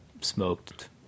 smoked